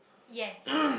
yes